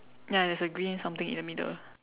ya there is a green something in the middle